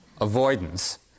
avoidance